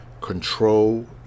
control